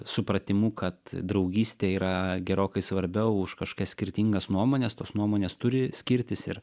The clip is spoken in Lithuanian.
supratimu kad draugystė yra gerokai svarbiau už kažkias skirtingas nuomones tos nuomonės turi skirtis ir